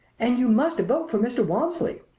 and you must vote for mr. walmsley!